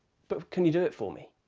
but can you do it for me?